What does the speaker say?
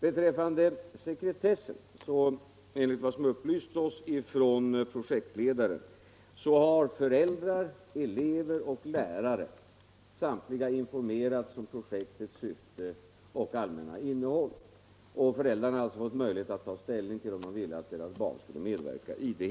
Enligt upplysningar som vi har fått av projektledaren har föräldrar, lärare och elever informerats om projektets syfte och allmänna innehåll, och föräldrarna har fått ta ställning till om de ville att deras barn skulle medverka i det.